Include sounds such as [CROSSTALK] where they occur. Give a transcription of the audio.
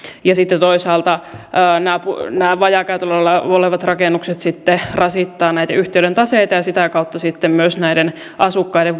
ja sitten toisaalta nämä nämä vajaakäytöllä olevat rakennukset rasittavat näiden yhtiöiden taseita ja ja sitä kautta sitten myös näiden asukkaiden [UNINTELLIGIBLE]